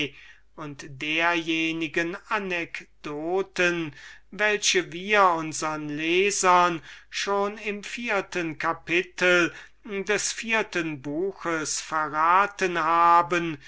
und derjenigen anekdoten welche wir wiewohl aus unschuldigem absichten unsern lesern schon im dritten kapitel des vierten buches verraten haben